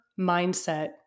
mindset